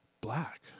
Black